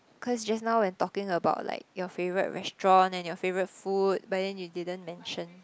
cause just now when talking about like your favorite restaurant and your favorite food but then you didn't mention